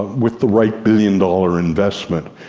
with the right billion dollar investment,